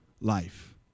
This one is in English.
life